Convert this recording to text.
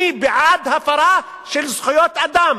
אני בעד הפרת זכויות אדם,